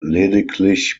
lediglich